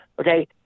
okay